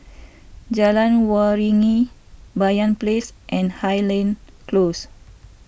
Jalan Waringin Banyan Place and Highland Close